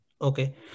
Okay